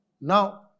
Now